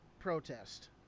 protest